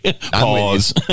Pause